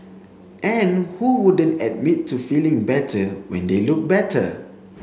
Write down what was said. and who wouldn't admit to feeling better when they look better